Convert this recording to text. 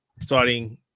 starting